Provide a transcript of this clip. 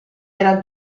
era